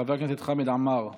חבר הכנסת חמד עמאר,